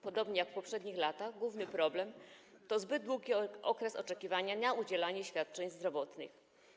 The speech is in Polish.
Podobnie jak w poprzednich latach główny problem to zbyt długi okres oczekiwania na udzielenie świadczeń zdrowotnych.